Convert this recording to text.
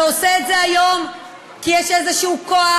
אתה עושה את זה היום כי יש איזה כוח,